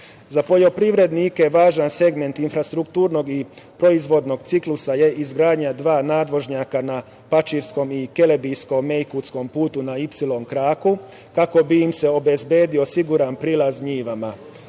poljoprivrednike važan segment infrastrukturnog i proizvodnog ciklusa je izgradnja dva nadvožnjaka na Pačirskom i Kelebijskom-Ejkutskom putu na Ipsilon kraku, kako bi im se obezbedio siguran prilaz njivama.U